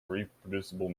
reproducible